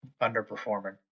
Underperforming